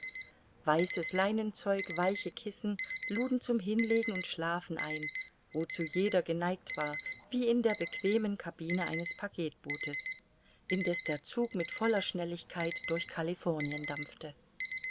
weißes leinenzeug weiche kissen luden zum hinlegen und schlafen ein wozu jeder geneigt war wie in der bequemen cabine eines packetbootes indeß der zug mit voller schnelligkeit durch californien dampfte